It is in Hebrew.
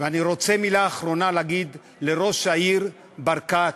ואני רוצה להגיד מילה אחרונה לראש העיר ברקת,